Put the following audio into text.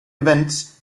events